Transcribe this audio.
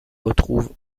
retrouve